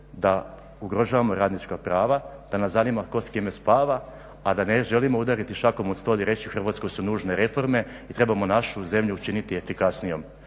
da ugrožavamo radnička prava pa nas zanima tko s kime spava, a da ne želimo udariti šakom o stol i reći Hrvatskoj su nužne reforme i trebamo našu zemlju učiniti efikasnijom.